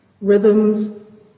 rhythms